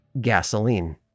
gasoline